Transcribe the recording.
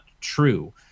true